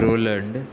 Roland